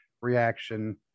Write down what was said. reaction